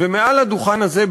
ומעל לדוכן הזה,